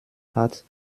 hat